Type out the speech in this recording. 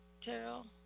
Terrell